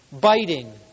biting